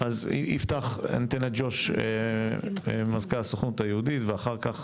ניתן לג'וש, מזכ"ל הסוכנות היהודית, ואחר כך